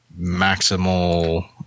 maximal